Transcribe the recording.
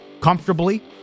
comfortably